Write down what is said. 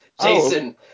Jason